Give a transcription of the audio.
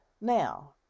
Now